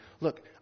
look